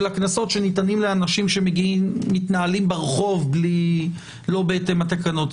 הקנסות שניתנים לאנשים שמתנהלים ברחוב לא בהתאם לתקנות.